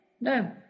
no